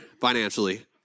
financially